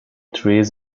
trees